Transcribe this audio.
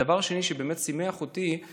דבר שני שבאמת שימח אותי הוא